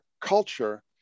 culture